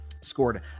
scored